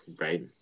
right